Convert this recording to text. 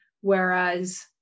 whereas